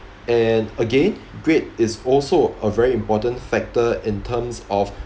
and again grade is also a very important factor in terms of